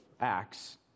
Acts